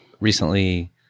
recently